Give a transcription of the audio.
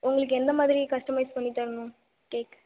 உங்களுக்கு எந்த மாதிரி கஸ்டமைஸ் பண்ணி தரணும் கேக்